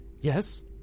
yes